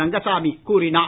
ரங்கசாமி கூறினார்